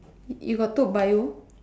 you got took Bio